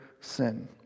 sin